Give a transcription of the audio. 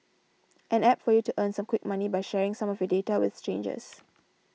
an App for you to earn some quick money by sharing some of your data with strangers